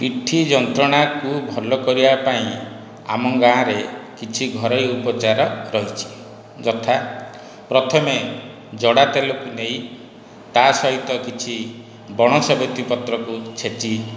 ପିଠି ଯନ୍ତ୍ରଣାକୁ ଭଲ କରିବା ପାଇଁ ଆମ ଗାଁରେ କିଛି ଘରୋଇ ଉପଚାର ରହିଛି ଯଥା ପ୍ରଥମେ ଜଡ଼ା ତେଲକୁ ନେଇ ତା' ସହିତ କିଛି ବଣ ସେବତୀ ପତ୍ରକୁ ଛେଚି